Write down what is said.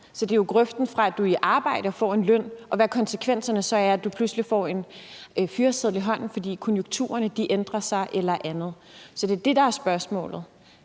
Så det er grøften mellem, at du er i arbejde og får en løn, og så konsekvenserne af, at du pludselig får en fyreseddel i hånden, fordi konjunkturerne ændrer sig eller andet. Så det er det, der er spørgsmålet.